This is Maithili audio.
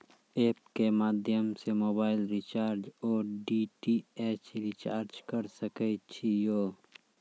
एप के माध्यम से मोबाइल रिचार्ज ओर डी.टी.एच रिचार्ज करऽ सके छी यो?